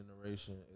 generation